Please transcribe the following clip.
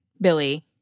Billy